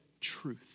truth